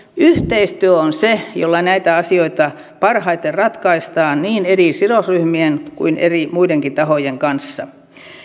yhteistyö on se jolla näitä asioita parhaiten ratkaistaan niin eri sidosryhmien kuin muidenkin eri tahojen kanssa